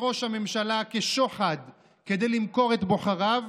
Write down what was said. ראש הממשלה כשוחד כדי למכור את בוחריו,